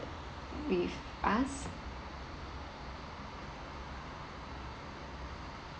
with us